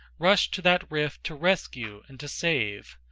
rush to that rift to rescue and to save.